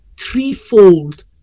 threefold